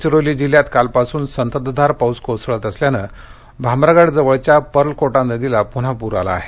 गडचिरोली जिल्ह्यात कालपासून संततधार पाऊस कोसळत असल्याने भामरागड जवळच्या पर्लकोटा नदीला प्रन्हा पूर आला आहे